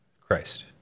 Christ